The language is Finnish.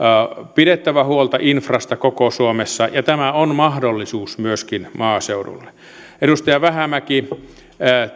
pidettävä huolta infrasta koko suomessa ja tämä on mahdollisuus myöskin maaseudulle edustaja vähämäki